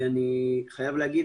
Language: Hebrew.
אני חייב להגיד,